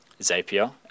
Zapier